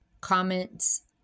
comments